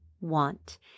want